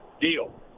deal